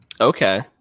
okay